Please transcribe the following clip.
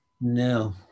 No